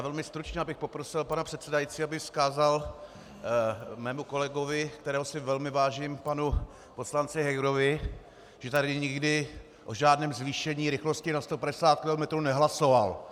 Velmi stručně bych poprosil pana předsedajícího, aby vzkázal mému kolegovi, kterého si velmi vážím, panu poslanci Hegerovi, že tady nikdy o žádném zvýšení rychlosti na 150 kilometrů nehlasoval.